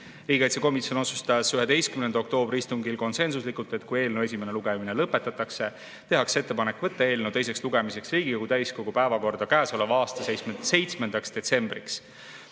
Riigikaitsekomisjon 11. oktoobri istungil konsensuslikult otsustas, et kui eelnõu esimene lugemine lõpetatakse, siis tehakse ettepanek võtta eelnõu teiseks lugemiseks Riigikogu täiskogu päevakorda käesoleva aasta 7. detsembriks.